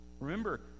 Remember